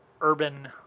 urban